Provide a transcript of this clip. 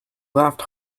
laughed